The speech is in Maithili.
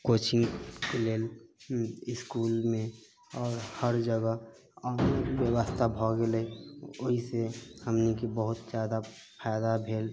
कोचिङ्ग लेल इसकुलमे आओर हर जगह ऑनलाइन व्यवस्था भए गेलै ओहि से हमनीके बहुत जादा फायदा भेल